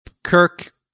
Kirk